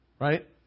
Right